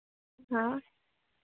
हाँ